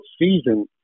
season